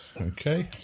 Okay